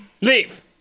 leave